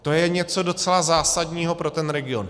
To je něco docela zásadního pro ten region.